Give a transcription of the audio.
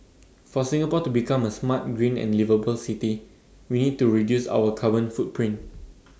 for Singapore to become A smart green and liveable city we need to reduce our carbon footprint